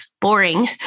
boring